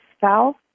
south